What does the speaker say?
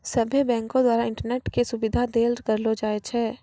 सभ्भे बैंको द्वारा इंटरनेट के सुविधा देल करलो जाय छै